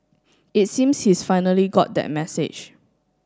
it seems he's finally got that message